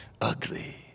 ugly